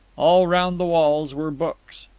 all round the walls were books.